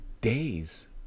days